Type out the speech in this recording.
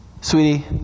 sweetie